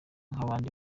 n’abandi